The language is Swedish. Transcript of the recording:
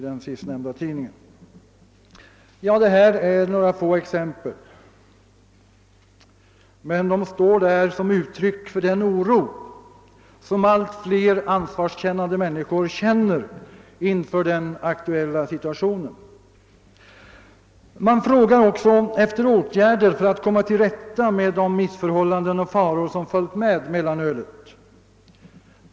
Detta är bara några få exempel, men de står där som uttryck för den oro som allt fler ansvarskännande människor känner inför den aktuella situationen. Man frågar också efter åtgärder för att komma till rätta med de missförhållan den och faror som följt med mellanölet.